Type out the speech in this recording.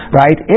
right